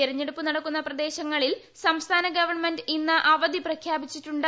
തെരഞ്ഞെടുപ്പ് നടക്കുന്ന പ്രദേശങ്ങളിൽ സംസ്ഥാന ഗവൺമെന്റ് ഇന്ന് അവധി പ്രഖ്യാപിച്ചിട്ടുണ്ട്